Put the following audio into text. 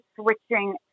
switching